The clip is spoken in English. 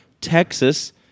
Texas